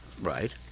Right